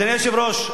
אדוני היושב-ראש,